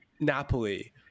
napoli